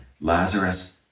Lazarus